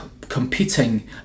competing